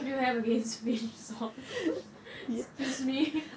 what do you have against fish sauce excuse me